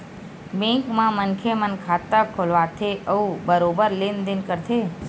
bank म मनखे मन खाता खोलवाथे अउ बरोबर लेन देन करथे